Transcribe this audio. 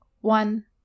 one